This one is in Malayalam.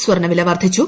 സ്വർണവില വർദ്ധിച്ചു